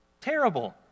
terrible